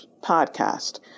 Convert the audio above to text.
podcast